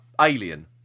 alien